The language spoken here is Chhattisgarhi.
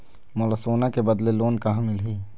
मोला सोना के बदले लोन कहां मिलही?